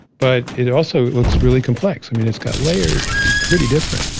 but, it also looks really complex. it's got layers. it's pretty different.